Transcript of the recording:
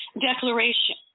declaration